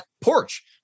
porch